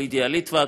לידיה ליטבק.